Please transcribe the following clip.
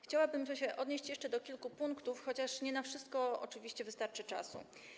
Chciałabym jeszcze odnieść się do kilku punktów, chociaż nie na wszystko oczywiście wystarczy czasu.